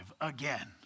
again